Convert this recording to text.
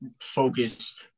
focused –